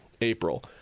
April